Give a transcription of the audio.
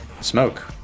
Smoke